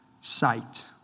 sight